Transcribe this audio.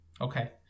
Okay